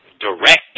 direct